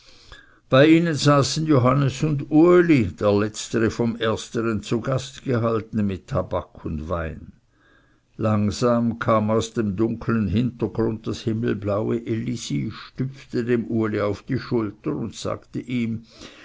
bei ihnen saßen johannes und uli der letztere vom erstern zu gast gehalten mit tabak und wein langsam kam aus dem dunklen hintergrunde das himmelblaue elisi stüpfte dem uli auf die schulter und sagte ihm